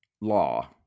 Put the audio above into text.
law